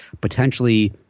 potentially